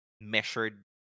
measured